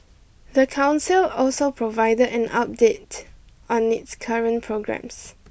the council also provided an update on its current programmes